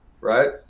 right